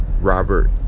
Robert